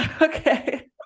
okay